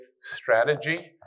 strategy